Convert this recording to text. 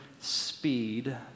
speed